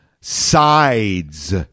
sides